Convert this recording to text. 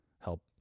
help